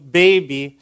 baby